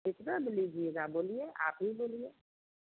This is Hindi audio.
आप कितना में लीजिएगा बोलिए आप ही बोलिए